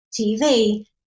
TV